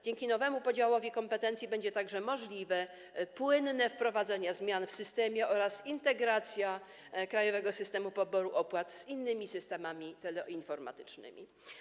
Dzięki nowemu podziałowi kompetencji będą możliwe także płynne wprowadzenie zmian w systemie oraz integracja Krajowego Systemu Poboru Opłat z innymi systemami teleinformatycznymi.